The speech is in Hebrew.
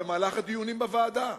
במהלך הדיונים בוועדה,